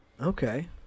Okay